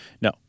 No